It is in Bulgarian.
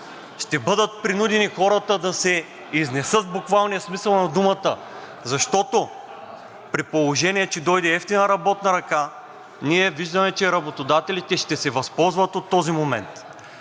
Ще бъдат принудени хората да се изнесат в буквалния смисъл на думата, защото, при положение че дойде евтина работна ръка, ние виждаме, че работодателите ще се възползват от този момент.